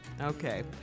Okay